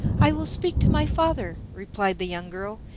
i will speak to my father, replied the young girl,